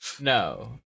no